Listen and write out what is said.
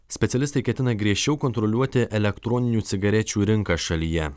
specialistai ketina griežčiau kontroliuoti elektroninių cigarečių rinką šalyje